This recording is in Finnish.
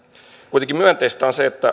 kuitenkin myönteistä on se että